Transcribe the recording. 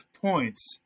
points